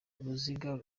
kugeza